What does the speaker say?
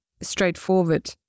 straightforward